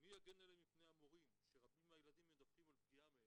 מי יגן עליהם מפני המורים שרבים מהילדים מדווחים על פגיעה מהם?